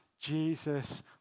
Jesus